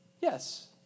Yes